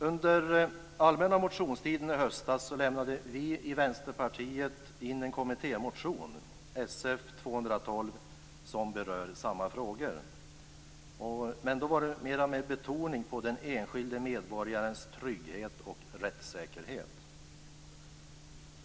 Under allmänna motionstiden i höstas lämnade vi i Vänsterpartiet in en kommittémotion, Sf212, som berör samma frågor men med mer betoning på den enskilde medborgarens trygghet och rättssäkerhet.